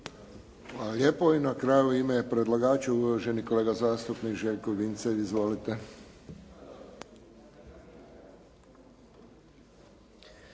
Hvala lijepo. I na kraju u ime predlagača uvaženi kolega zastupnik Željko Vincelj. Izvolite.